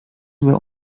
were